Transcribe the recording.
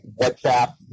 WhatsApp